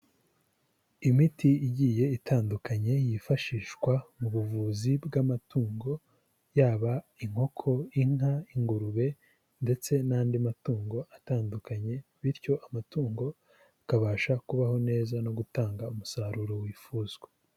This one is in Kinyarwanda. Imiti igiye itandukanye yifashishwa mu buvuzi bw'amatungo yaba inkoko, inka, ingurube ndetse n'andi matungo atandukanye bityo amatungo akabasha kubaho neza no gutanga umusaruro wifuzwa.